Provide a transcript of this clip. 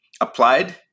applied